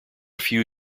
few